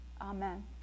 Amen